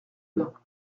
bains